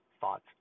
thoughts